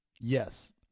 Yes